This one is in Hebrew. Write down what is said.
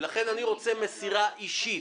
ולכן אני רוצה מסירה אישית.